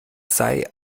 sei